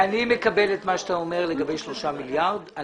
אני מקבל את מה שאתה אומר לגבי 3 מיליארד שקלים.